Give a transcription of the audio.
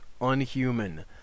unhuman